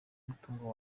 mutungo